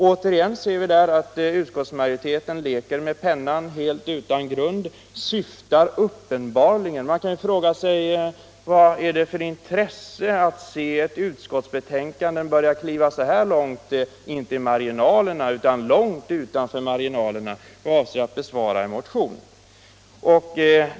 Återigen ser vi att utskottsmajoriteten leker med pennan, helt utan grund: ”syftar uppenbarligen -—--”— vad är det för intresse att se hur man i ett betänkande börjar kliva, inte ut i marginalerna, utan långt utanför marginalerna, i avsikt att bemöta en motion?